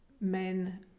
men